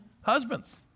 husbands